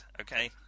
Okay